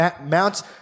Mount